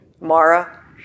Mara